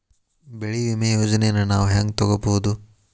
ಬೆಳಿ ವಿಮೆ ಯೋಜನೆನ ನಾವ್ ಹೆಂಗ್ ತೊಗೊಬೋದ್?